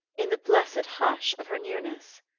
in the blessed hush of her nearness.